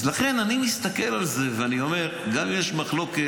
אז לכן אני מסתכל על זה ואני אומר: גם אם יש מחלוקת,